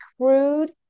crude